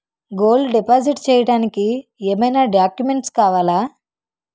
Gold deposit చేయడానికి ఏమైనా documents కావాలా?